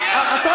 אדוני היושב-ראש,